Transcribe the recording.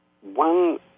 one